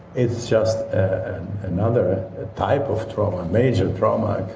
it's just another type of trauma. major trauma